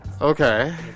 Okay